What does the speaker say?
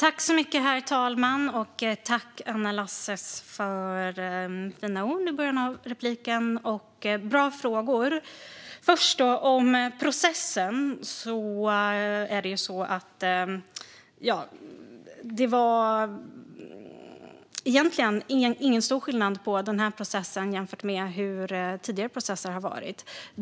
Herr talman! Tack, Anna Lasses, för fina ord i början av repliken och bra frågor. När det gäller processen var det egentligen inte någon stor skillnad på den här processen jämfört med hur tidigare processer har varit.